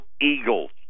Eagles